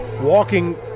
walking